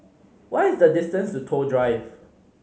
what is the distance to Toh Drive